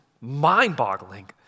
mind-boggling